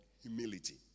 humility